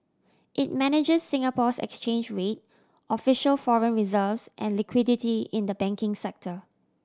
it manage Singapore's exchange rate official foreign reserves and liquidity in the banking sector